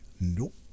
nope